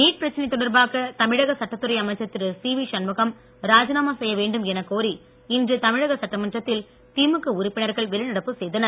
NEET பிரச்சினை தொடர்பாக தமிழக சட்டத்துறை அமைச்சர் திரு சிவி சண்முகம் ராஜினாமா செய்ய வேண்டும் என கோரி இன்று தமிழக சட்டமன்றத்தில் திமுக உறுப்பினர்கள் வெளிநடப்பு செய்தனர்